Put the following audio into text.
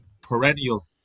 perennial